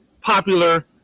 popular